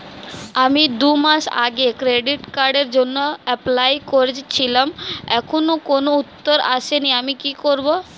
আমি দুমাস আগে ক্রেডিট কার্ডের জন্যে এপ্লাই করেছিলাম এখনো কোনো উত্তর আসেনি আমি কি করব?